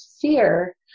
fear